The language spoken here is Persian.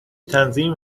تنظیم